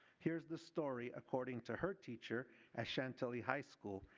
here is the story according to her teacher at chan tillie high school.